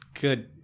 good